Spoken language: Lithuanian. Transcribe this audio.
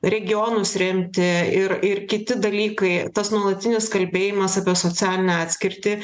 regionus remti ir ir kiti dalykai tas nuolatinis kalbėjimas apie socialinę atskirtį